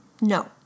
No